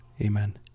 Amen